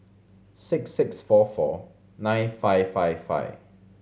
six six four four nine five five five